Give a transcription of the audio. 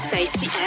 Safety